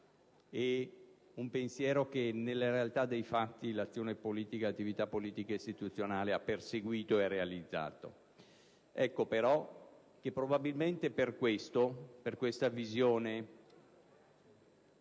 un pensiero che nella realtà dei fatti l'attività politica istituzionale ha perseguito e realizzato. Ecco però che probabilmente per questa visione